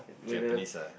Japanese ah